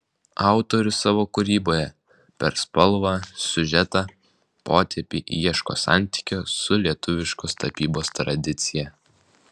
autorius savo kūryboje per spalvą siužetą potėpį ieško santykio su lietuviškos tapybos tradicija